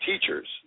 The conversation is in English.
Teachers